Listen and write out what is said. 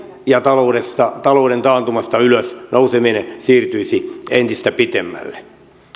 ja talouden taantumasta ylös nouseminen siirtyisi entistä pitemmälle